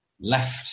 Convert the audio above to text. left